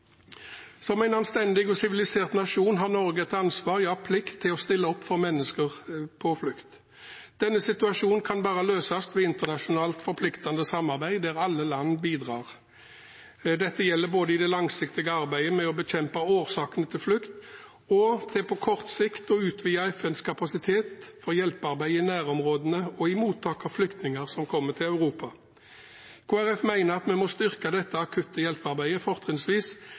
Som en anstendig og sivilisert nasjon har Norge et ansvar – ja, plikt – til å stille opp for mennesker på flukt. Denne situasjonen kan bare løses ved internasjonalt forpliktende samarbeid, der alle land bidrar. Dette gjelder både i det langsiktige arbeidet med å bekjempe årsakene til flukten og til på kort sikt å utvide FNs kapasitet for hjelpearbeid i nærområdene og i mottaket av flyktningene som kommer til Europa. Kristelig Folkeparti mener at vi må styrke dette akutte hjelpearbeidet, fortrinnsvis